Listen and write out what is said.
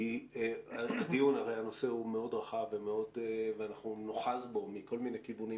כי הרי הנושא הוא מאוד רחב ואנחנו נאחזים בו מכל מיני כיוונים